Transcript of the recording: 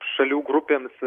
šalių grupėms